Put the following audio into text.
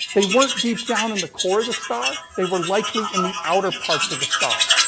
they weren't deep down in the core of the star. they were likely in the outer parts of the star.